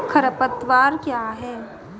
खरपतवार क्या है?